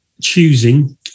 choosing